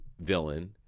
villain